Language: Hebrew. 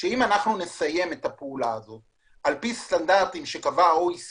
שאם נסיים את הפעולה הזאת על פי סטנדרטים שקבע ה-OECD